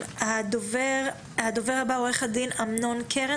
הדובר הבא הוא עורך הדין אמנון קרן